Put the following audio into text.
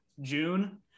june